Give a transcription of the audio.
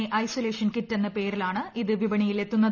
A isolation kit എന്ന പേരിലാണ് ഇത് വിപണിയിൽ എത്തുന്നത്